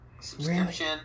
subscription